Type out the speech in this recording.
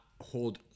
hold